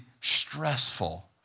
stressful